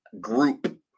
group